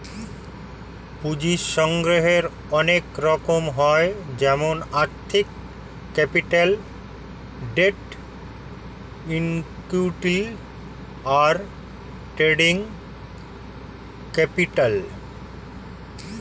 পুঁজির সংগ্রহের অনেক রকম হয় যেমন আর্থিক ক্যাপিটাল, ডেট, ইক্যুইটি, আর ট্রেডিং ক্যাপিটাল